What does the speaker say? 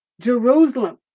Jerusalem